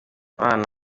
baba